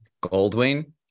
Goldwing